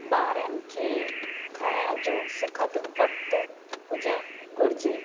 ॿारनि खे खाइण जो सुखद वक़्ति हुजणु घुरिजे